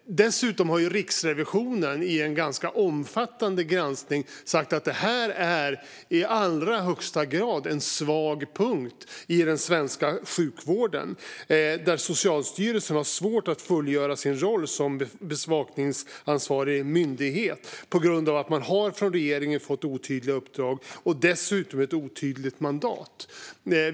Dessutom har Riksrevisionen i en omfattande granskning sagt att detta är en i allra högsta grad svag punkt i den svenska sjukvården, och Socialstyrelsen har svårt att fullgöra sin roll som bevakningsansvarig myndighet på grund av att regeringen har gett ett otydligt uppdrag och dessutom ett otydligt mandat.